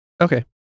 Okay